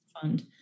fund